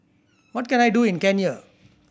what can I do in Kenya